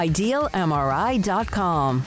IdealMRI.com